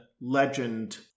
legend